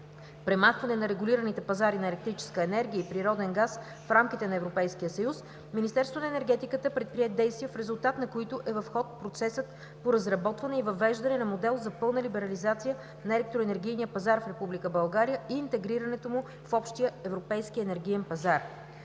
премахване на регулираните пазари на електрическа енергия и природен газ в рамките на Европейския съюз, Министерството на енергетиката предприе действия, в резултат на които е в ход процесът по разработване и въвеждане на модел за пълна либерализация на електроенергийния пазар в Република България и интегрирането му в общия европейски енергиен пазар.